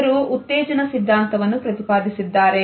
ಇವರು ಉತ್ತೇಜನ ಸಿದ್ಧಾಂತವನ್ನು ಪ್ರತಿಪಾದಿಸಿದ್ದಾರೆ